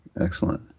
Excellent